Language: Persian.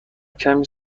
کمی